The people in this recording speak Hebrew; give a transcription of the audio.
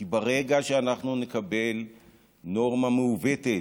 כי ברגע שאנחנו נקבל נורמה מעוותת,